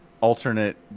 Alternate